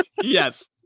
yes